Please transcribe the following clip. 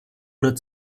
oder